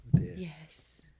yes